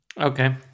Okay